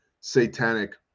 satanic